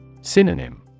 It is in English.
Synonym